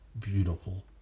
beautiful